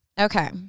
Okay